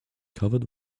covered